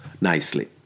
nicely